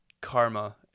karma